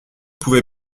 pouvait